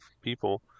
people